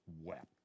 wept